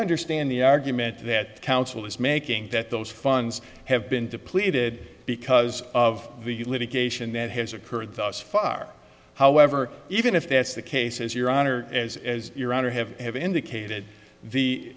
understand the argument that counsel is making that those funds have been depleted because of the litigation that has occurred thus far however even if that's the case as your honor as as your honor have have indicated the